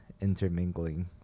intermingling